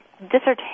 dissertation